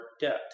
debt